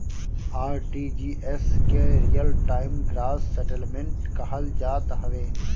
RTGS के real time gross settlement कहल जात हवे